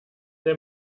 der